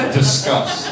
disgust